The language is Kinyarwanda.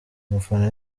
umufana